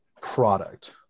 product